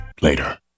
later